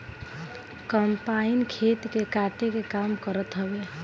combine खेत के काटे के काम करत हवे